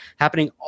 happening